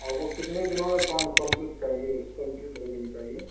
آپ کو کتنے دِنوں میں کام کمپلیٹ چاہیے کمپلیٹ ہو جانی چاہیے